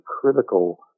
critical